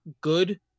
good